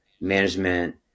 management